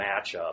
matchup